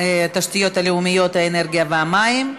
התשתיות הלאומיות, האנרגיה והמים.